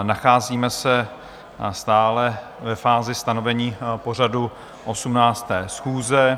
Nacházíme se stále ve fázi stanovení pořadu 18. schůze.